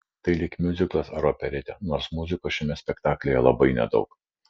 tai lyg miuziklas ar operetė nors muzikos šiame spektaklyje labai nedaug